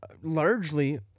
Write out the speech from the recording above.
largely